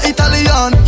Italian